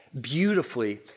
beautifully